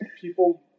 people